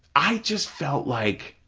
i just felt like